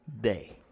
day